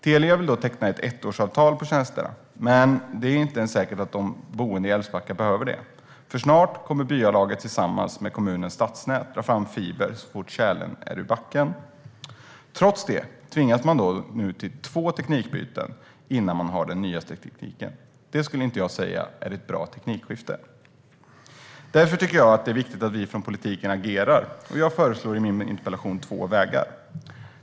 Telia vill då teckna ett ettårsavtal för tjänsterna. Men det är inte säkert att de boende i Älvsbacka behöver ett sådant, för så fort tjälen är ur backen kommer byalaget tillsammans med kommunens stadsnät att dra fram fiber. Trots detta tvingas de nu till två teknikbyten innan de har fått den nyaste tekniken. Det skulle jag inte kalla ett bra teknikskifte. Jag tycker därför att det är viktigt att vi inom politiken agerar. I min interpellation förslår jag två vägar.